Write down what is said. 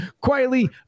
quietly